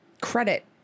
Credit